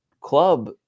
club